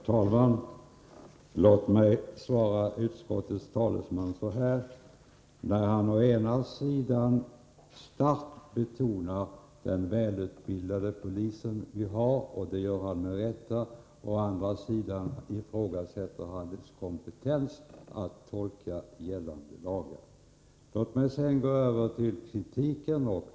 Herr talman! Låt mig bemöta utskottets talesman när han å ena sidan starkt betonar vilken välutbildad polis vi har — och det gör han med rätta — och å andra sidan ifrågasätter dess kompetens att tolka gällande lagar. Låt mig sedan gå över till kritiken.